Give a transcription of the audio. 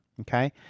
okay